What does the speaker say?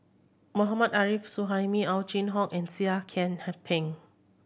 Mohammad Arif Suhaimi Ow Chin Hock and Seah Kian Peng